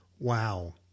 Wow